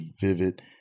Vivid